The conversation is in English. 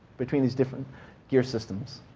between these different gear systems.